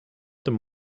there